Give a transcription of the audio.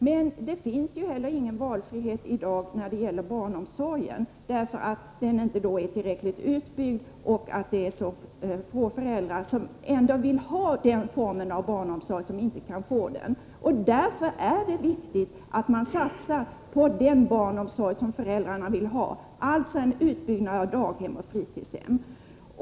Men det finns ingen valfrihet i dag i fråga om barnomsorgen, eftersom denna inte är tillräckligt utbyggd. Av de föräldrar som vill ha barnomsorg utanför hemmet är det alltför få som kan få sådan. Därför är det viktigt att man satsar på den barnomsorg som föräldrarna vill ha, alltså på en utbyggnad av daghem och fritidshem.